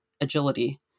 agility